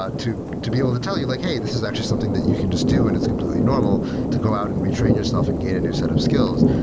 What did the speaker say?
to to be able to tell you like, hey, this is actually something that you can just do and it's completely normal to go out and retrain yourself and gain a new set of skills.